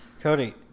Cody